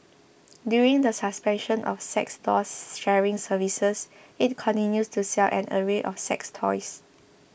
despite the suspension of sex doll sharing services it continues to sell an array of sex toys